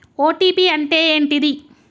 OTP అంటే ఏంటిది?